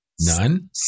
None